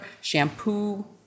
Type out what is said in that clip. shampoo